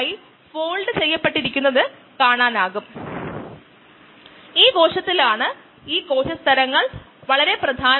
1ln xx0t0t ഇത് പറഞ്ഞുകഴിഞ്ഞാൽ ഈ പ്രശ്നം നമുക്ക് ഇവിടെ നൽകാം